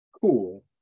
cool